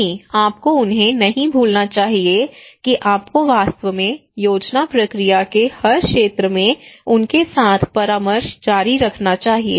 नहीं आपको उन्हें नहीं भूलना चाहिए कि आपको वास्तव में योजना प्रक्रिया के हर क्षेत्र में उनके साथ परामर्श जारी रखना चाहिए